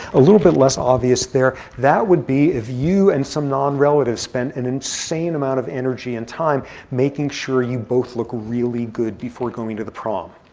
a little bit less obvious there. that would be if you and some non-relative spent an insane amount of energy and time making sure you both look really good before going to the prom.